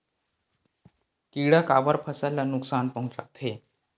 किड़ा काबर फसल ल नुकसान पहुचाथे?